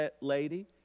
lady